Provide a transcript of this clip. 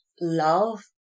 Love